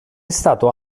stato